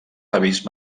avis